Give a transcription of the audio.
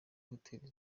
hoteri